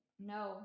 no